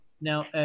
Now